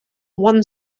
one